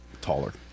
taller